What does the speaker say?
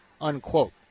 unquote